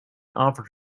offered